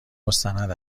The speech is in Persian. مستند